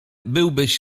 byłbyś